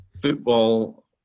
Football